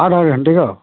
आठ आठ घंटे का